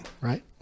Right